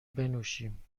بنوشیم